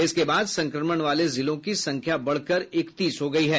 इसके बाद संक्रमण वाले जिलों की संख्या बढ़कर इकतीस हो गयी है